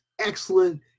excellent